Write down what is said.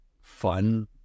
fun